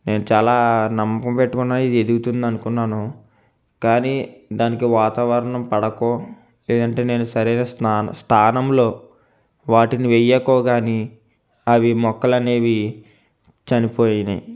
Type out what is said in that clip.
నేను చాలా నమ్మకం పెట్టుకున్నాను ఇది ఎదుగుతుందనుకున్నాను కానీ దానికి వాతావరణం పడకో లేదంటే నేను సరైన స్థా స్థానంలో వాటిని వేయకో కాని అవి మొక్కలనేవి చనిపోయాయి